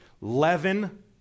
leaven